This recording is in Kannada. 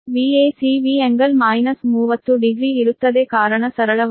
Vac V∟ 300 ಡಿಗ್ರಿ ಇರುತ್ತದೆ ಕಾರಣ ಸರಳವಾಗಿದೆ